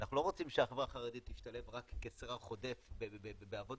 אנחנו לא רוצים שהחברה החרדית תשתלב רק כסרח עודף בעבודות